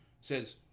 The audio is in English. says